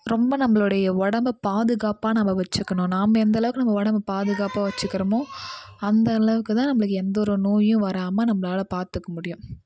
ரொம்ப நம்மளுடைய உடம்ப பாதுகாப்பாக நம்ம வச்சிக்கணும் நாம எந்த அளவுக்கு நம்ம உடம்ப பாதுகாப்பாக வச்சிக்கிறமோ அந்த அளவுக்கு தான் நம்மளுக்கு எந்த ஒரு நோயும் வராமல் நம்மளால பாத்துக்க முடியும்